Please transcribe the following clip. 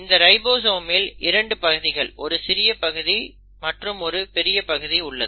இந்த ரைபோசோமில் இரண்டு பகுதிகள் ஒரு சிறிய பகுதி மற்றும் ஒரு பெரிய பகுதி உள்ளது